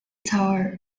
tower